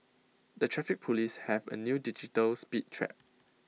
the traffic Police have A new digital speed trap